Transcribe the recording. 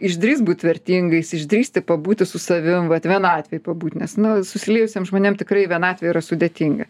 išdrįst būti vertingais išdrįsti pabūti su savim vat vienatvėj pabūt nes nu susijusiem žmonėm tikrai vienatvė yra sudėtinga